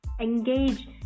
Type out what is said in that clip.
Engage